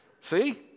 See